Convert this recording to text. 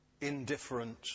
indifferent